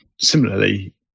Similarly